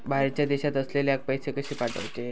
बाहेरच्या देशात असलेल्याक पैसे कसे पाठवचे?